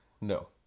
No